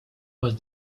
was